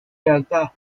lealtad